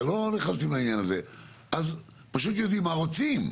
אז פשוט יודעים מה רוצים.